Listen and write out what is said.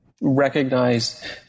recognize